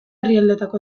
herrialdeetako